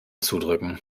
zudrücken